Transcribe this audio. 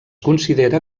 considera